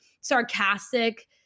sarcastic